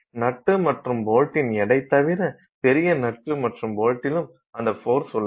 நட்டு மற்றும் போல்ட்டின் எடை தவிர பெரிய நட்டு மற்றும் போல்ட்டிலும் அந்த ஃபோர்ஸ் உள்ளது